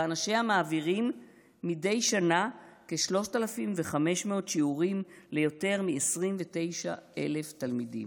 ואנשיה מעבירים מדי שנה כ-3,500 שיעורים ליותר מ-29,000 תלמידים.